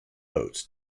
boats